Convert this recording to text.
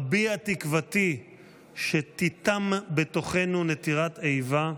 אביע תקוותי שתיתם בתוכנו נטירת איבה,